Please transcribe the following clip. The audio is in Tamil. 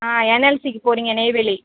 ஆ என்எல்சிக்கு போகறீங்க நெய்வேலி